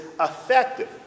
effective